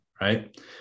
Right